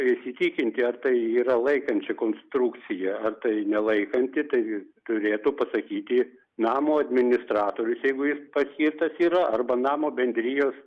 įsitikinti ar tai yra laikančia konstrukcija ar tai nelaikanti tai turėtų pasakyti namo administratorius jeigu jis paskirtas yra arba namo bendrijos